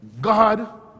God